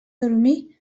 dormir